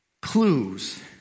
clues